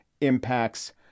impacts